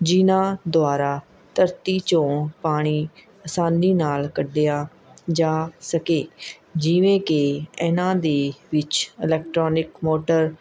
ਜਿਨ੍ਹਾਂ ਦੁਆਰਾ ਧਰਤੀ 'ਚੋਂ ਪਾਣੀ ਆਸਾਨੀ ਨਾਲ਼ ਕੱਢਿਆ ਜਾ ਸਕੇ ਜਿਵੇਂ ਕਿ ਇਹਨਾਂ ਦੀ ਵਿੱਚ ਇਲੈਕਟ੍ਰੋਨਿਕ ਮੋਟਰ